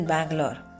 Bangalore